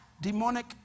demonic